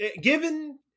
given